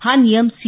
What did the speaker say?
हा नियम सी